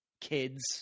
kids